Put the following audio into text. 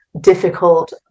difficult